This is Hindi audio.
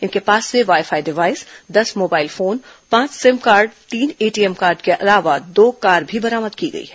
इनके पास से वाई फाई डिवाईस दस मोबाईल फोन पांच सिम कार्ड तीन एटीएम कार्ड के अलावा दो कार भी बरामद किए गए हैं